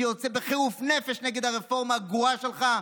שיוצא בחירוף נפש נגד הרפורמה הגרועה שלך?